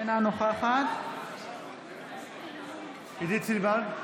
אינה נוכחת עידית סילמן?